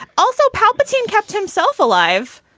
also, palpatine kept himself alive,